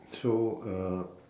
so uh